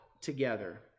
together